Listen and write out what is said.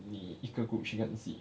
你一个 group 去看戏